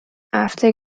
after